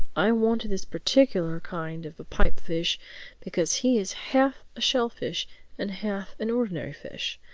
i wanted this particular kind of a pipe-fish because he is half a shellfish and half an ordinary fish.